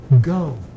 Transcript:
Go